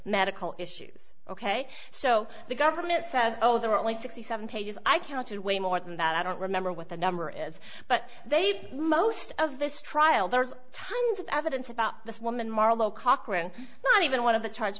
medical issues ok so the government says oh they're only sixty seven pages i counted way more than that i don't remember what the number is but they most of this trial there's tons of evidence about this woman marlo cochran not even one of the charge